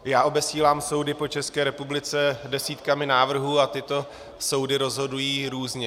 Já obesílám soudy po České republice desítkami návrhů a tyto soudy rozhodují různě.